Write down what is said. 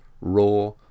raw